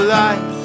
life